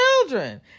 children